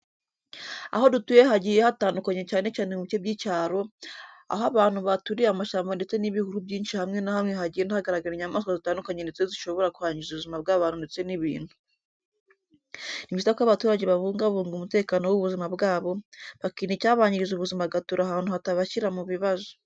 Aho dutuye hagiye hatandukanye cyane cyane mu bice by'icyaro, aho abantu baturiye amashyamba ndetse n'ibihuru byinshi hamwe na hamwe hagenda hagaragara inyamaswa zitandukanye ndetse n'izishobora kwangiza ubuzima bw'abantu ndetse n'ibintu. Ni byiza ko abaturage babungabunga umutekano w'ubuzima bwabo, bakirinda icyabangiriza ubuzima bagatura ahantu hatabashyira mu bibazo.